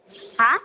হ্যাঁ